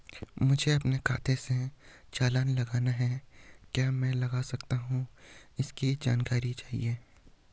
मुझे अपने खाते से चालान लगाना है क्या मैं लगा सकता हूँ इसकी जानकारी चाहिए?